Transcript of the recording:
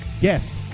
guest